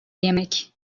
yemek